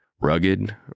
Rugged